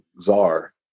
czar